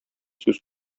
сүз